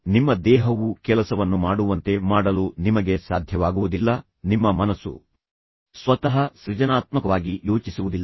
ನಿಮ್ಮ ದೇಹವು ಕೆಲಸವನ್ನು ಮಾಡುವಂತೆ ಮಾಡಲು ನಿಮಗೆ ಸಾಧ್ಯವಾಗುವುದಿಲ್ಲ ನಿಮ್ಮ ಮನಸ್ಸು ಸ್ವತಃ ಸೃಜನಾತ್ಮಕವಾಗಿ ಯೋಚಿಸುವುದಿಲ್ಲ